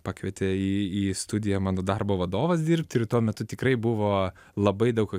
pakvietė į į studiją mano darbo vadovas dirbt ir ir tuo metu tikrai buvo labai daug